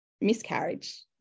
miscarriage